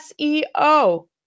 SEO